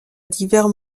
diverses